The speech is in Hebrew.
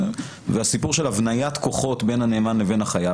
הסיפור של הבניית כוחות בין הנאמן לבין החייב,